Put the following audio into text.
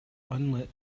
unlit